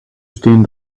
stehen